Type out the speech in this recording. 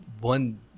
one